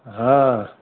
हँ